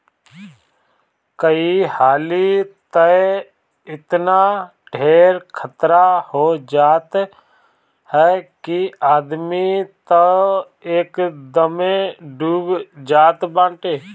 कई हाली तअ एतना ढेर खतरा हो जात हअ कि आदमी तअ एकदमे डूब जात बाटे